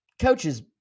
coaches